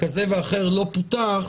כזה ואחר לא פותח